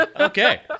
Okay